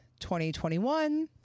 2021